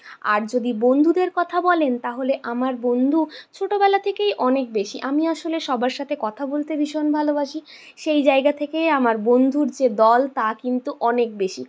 আর যদি বন্ধুদের কথা বলেন তাহলে আমার বন্ধু ছোটোবেলা থেকেই অনেক বেশি আমি আসলে সবার সাথে কথা বলতে ভীষণ ভালোবাসি সেই জায়গা থেকেই আমার বন্ধুর যে দল তা কিন্তু অনেক বেশি